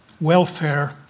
welfare